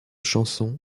chansons